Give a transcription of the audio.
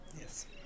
Yes